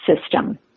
system